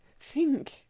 Think